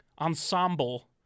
ensemble